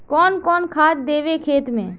कौन कौन खाद देवे खेत में?